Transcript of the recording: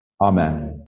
Amen